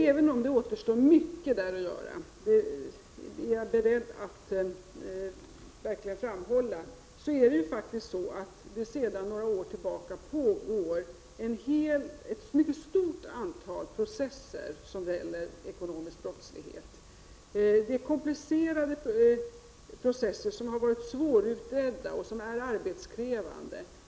Även om det återstår mycket att göra där — det är jag beredd att verkligen framhålla — så är det faktiskt så att det sedan några år tillbaka pågår ett mycket stort antal processer som gäller ekonomisk brottslighet. Det är komplicerade processer som har varit svårutredda och som är arbetskrävande.